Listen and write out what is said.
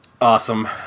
Awesome